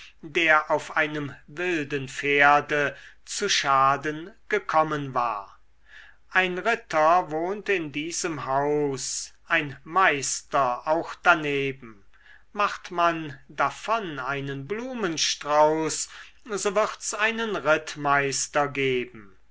der auf einem wilden pferde zu schaden gekommen war ein ritter wohnt in diesem haus ein meister auch daneben macht man davon einen blumenstrauß so wird's einen rittmeister geben